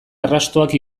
arrastoak